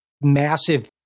massive